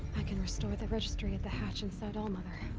i can restore the registry at the hatch inside all-mother.